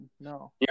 no